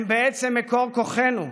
הם, בעצם, מקור כוחנו.